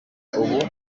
ubu